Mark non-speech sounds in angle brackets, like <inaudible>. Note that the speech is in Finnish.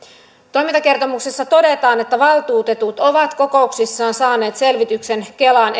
toimintakertomuksessa todetaan että valtuutetut ovat kokouksissaan saaneet selvityksen kelan <unintelligible>